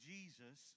Jesus